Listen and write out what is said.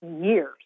years